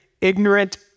ignorant